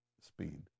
speed